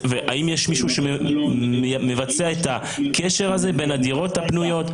האם יש מישהו שמבצע את הקשר הזה בין הדירות הפנויות,